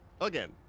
again